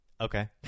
Okay